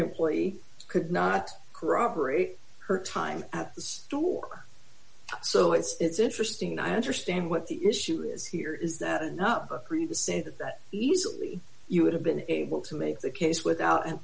employee could not corroborate her time at the store so it's interesting and i understand what the issue is here is that enough for you to say that that easily you would have been able to make the case without an